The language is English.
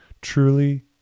Truly